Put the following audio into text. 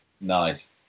Nice